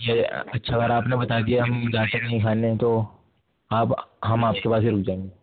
یہ اچھا اگر آپ نے بتا دیا ہم جاکے نہیں کھانے ہیں تو آپ ہم آپ کے پاس ہی رک جائیں گے